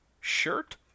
shirt